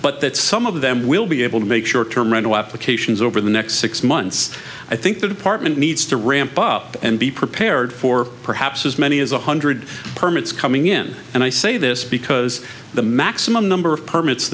but that some of them will be able to make short term rental applications over the next six months i think the department needs to ramp up and be prepared for perhaps as many as one hundred permits coming in and i say this because the maximum number of permits